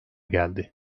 geldi